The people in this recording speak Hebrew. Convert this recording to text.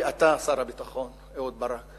הבעיה היא אתה, שר הביטחון אהוד ברק.